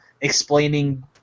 explaining